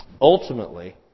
ultimately